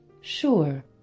Sure